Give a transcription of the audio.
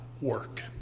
work